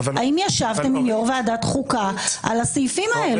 האם ישבתם עם יו"ר ועדת חוקה על הסעיפים האלה?